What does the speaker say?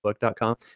Book.com